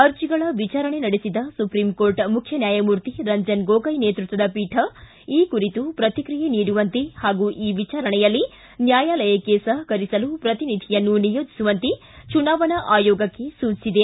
ಅರ್ಜಿಗಳ ವಿಚಾರಣೆ ನಡೆಸಿದ ಸುಪ್ರೀಂ ಕೋರ್ಟ್ ಮುಖ್ಯ ನ್ಯಾಯಮೂರ್ತಿ ರಂಜನ್ ಗೋಗೊಯ್ ನೇತೃತ್ವದ ಪೀಠ ಈ ಕುರಿತು ಪ್ರತಿಕ್ರಿಯೆ ನೀಡುವಂತೆ ಹಾಗೂ ಈ ವಿಚಾರಣೆಯಲ್ಲಿ ನ್ವಾಯಾಲಯಕ್ಕೆ ಸಹಕರಿಸಲು ಪ್ರತಿನಿಧಿಯನ್ನು ನಿಯೋಜಿಸುವಂತೆ ಚುನಾವಣಾ ಆಯೋಗಕ್ಕೆ ಸೂಚಿಸಿದೆ